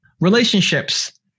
relationships